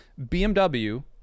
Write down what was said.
BMW